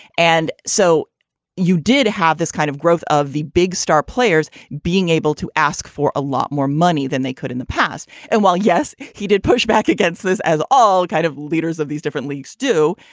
and so you did have this kind of growth of the big star players being able to ask for a lot more money than they could in the past. and while, yes, he did push back against this, as all kind of leaders of these different leagues do,